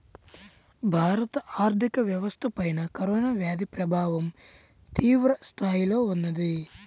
భారత ఆర్థిక వ్యవస్థపైన కరోనా వ్యాధి ప్రభావం తీవ్రస్థాయిలో ఉన్నది